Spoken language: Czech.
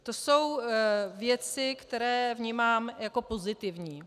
To jsou věci, které vnímám jako pozitivní.